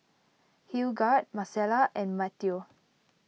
Hildegarde Marcella and Matteo